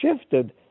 shifted